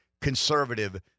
conservative